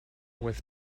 with